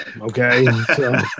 Okay